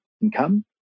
income